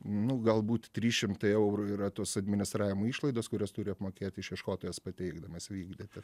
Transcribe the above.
nu galbūt trys šimtai eurų yra tos administravimo išlaidos kurias turi apmokėti išieškotojas pateikdamas vykdyti